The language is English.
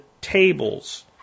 tables